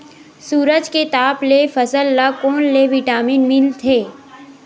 सूरज के ताप ले फसल ल कोन ले विटामिन मिल थे?